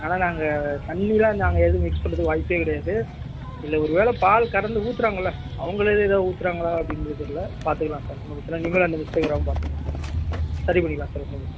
அதனால் நாங்கள் தண்ணி எல்லாம் நாங்கள் எதுவும் மிக்ஸ் பண்ணுறதுக்கு வாய்ப்பே கிடையாது இல்லை ஒரு வேலை பால் கறந்து ஊற்றுறாங்கள்ல அவங்களே எதாவது ஊற்றுறாங்களா அப்படிங்கறது தெரில பார்த்துக்கிலாம் சார் ஒன்றும் பிரச்சனைல்ல நீங்களும் எந்த மிஸ்டேக் வராமல் பார்த்துக்குணும் சார் சரி பண்ணிக்கலாம் சார் ஒன்றும்